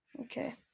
Okay